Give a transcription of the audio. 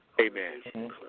Amen